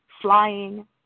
flying